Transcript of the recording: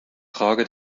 frage